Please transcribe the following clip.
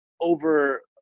over